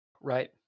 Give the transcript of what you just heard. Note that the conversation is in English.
right